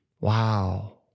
Wow